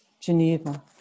Geneva